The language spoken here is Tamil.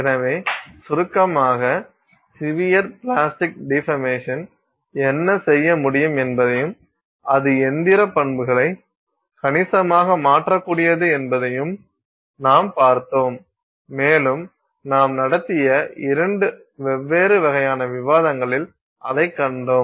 எனவே சுருக்கமாக சிவியர் பிளாஸ்டிக் டீபர்மேஷன் என்ன செய்ய முடியும் என்பதையும் அது இயந்திர பண்புகளை கணிசமாக மாற்றக்கூடியது என்பதையும் நாம் பார்த்தோம் மேலும் நாம் நடத்திய இரண்டு வெவ்வேறு வகையான விவாதங்களில் அதைக் கண்டோம்